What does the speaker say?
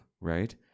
right